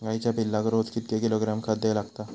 गाईच्या पिल्लाक रोज कितके किलोग्रॅम खाद्य लागता?